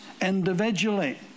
individually